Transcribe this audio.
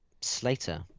Slater